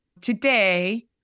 Today